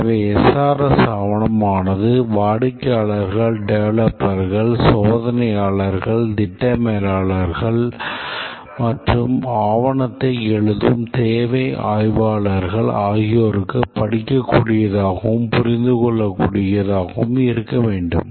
எனவே SRS ஆவணம் ஆனது வாடிக்கையாளர்கள் டெவலப்பர்கள் சோதனையாளர்கள் திட்ட மேலாளர்கள் மற்றும் ஆவணத்தை எழுதும் தேவை ஆய்வாளர்கள் ஆகியோருக்கு படிக்கக்கூடியதாகவும் புரிந்துகொள்ளக்கூடியதாகவும் இருக்க வேண்டும்